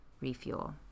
refuel